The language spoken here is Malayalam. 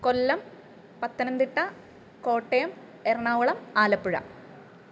കൊല്ലം പത്തനംതിട്ട കോട്ടയം എറണാകുളം ആലപ്പുഴ